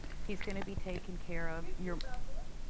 he's gonna be taken care of. you knew about this?